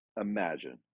Imagine